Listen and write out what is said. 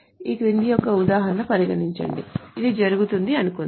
ఈ కింది ఒక ఉదాహరణను పరిగణించండి ఇది జరుగుతోందని అనుకుందాం